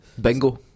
Bingo